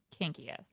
kinkiest